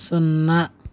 సున్నా